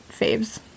faves